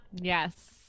yes